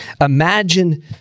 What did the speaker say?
imagine